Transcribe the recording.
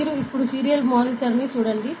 మీరు ఇప్పుడు సీరియల్ మానిటర్ను చూడండి